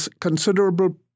considerable